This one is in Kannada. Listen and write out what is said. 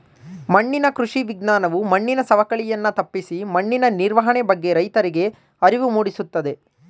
ಮಣ್ಣಿನ ಕೃಷಿ ವಿಜ್ಞಾನವು ಮಣ್ಣಿನ ಸವಕಳಿಯನ್ನು ತಪ್ಪಿಸಿ ಮಣ್ಣಿನ ನಿರ್ವಹಣೆ ಬಗ್ಗೆ ರೈತರಿಗೆ ಅರಿವು ಮೂಡಿಸುತ್ತದೆ